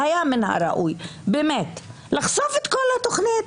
היה מן הראוי לחשוף את כל התוכנית,